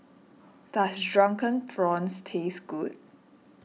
does Drunken Prawns taste good